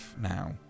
now